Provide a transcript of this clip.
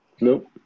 Nope